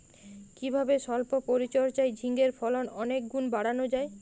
কিভাবে সল্প পরিচর্যায় ঝিঙ্গের ফলন কয়েক গুণ বাড়ানো যায়?